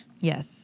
Yes